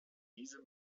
diese